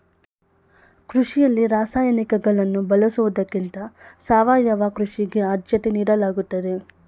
ಕೃಷಿಯಲ್ಲಿ ರಾಸಾಯನಿಕಗಳನ್ನು ಬಳಸುವುದಕ್ಕಿಂತ ಸಾವಯವ ಕೃಷಿಗೆ ಆದ್ಯತೆ ನೀಡಲಾಗುತ್ತದೆ